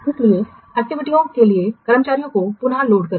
महत्वपूर्ण एक्टिविटीयों के लिए कर्मचारियों को पुनः लोड करें